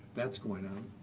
that's going on.